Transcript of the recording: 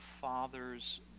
Father's